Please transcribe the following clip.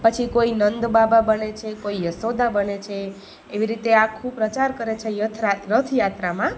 પછી કોઈ નંદબાબા બને છે કોઈ યશોદા બને છે એવી રીતે આખું પ્રચાર કરે છે રથયાત્રામાં